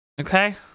Okay